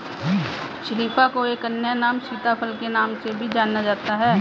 शरीफा को एक अन्य नाम सीताफल के नाम से भी जाना जाता है